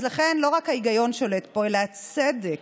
לכן, לא רק ההיגיון שולט פה אלא הצדק.